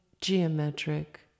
geometric